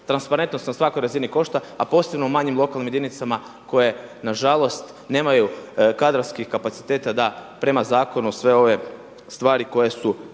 Transparentnost na svakoj razini košta, a posebno u manjim lokalnim jedinicama koje na žalost nemaju kadrovskih kapaciteta da prema zakonu sve ove stvari koje su